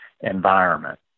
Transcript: environment